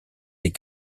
les